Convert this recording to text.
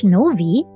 Novi